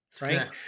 right